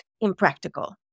impractical